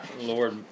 Lord